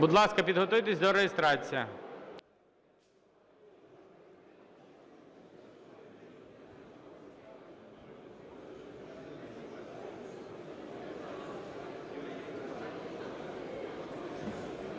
Будь ласка, підготуйтеся до реєстрації.